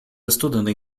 estudando